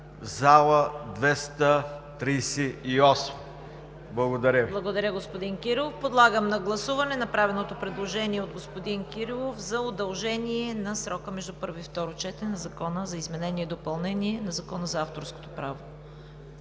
зала 238. Благодаря Ви.